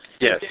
Yes